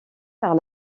par